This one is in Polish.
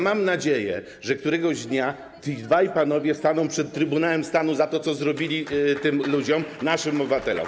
Mam nadzieję, że któregoś dnia ci dwaj panowie staną przez Trybunałem Stanu za to, co zrobili tym ludziom, naszym obywatelom.